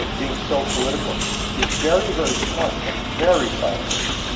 and being so political is very, very smart, but very scientific.